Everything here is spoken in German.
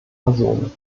personen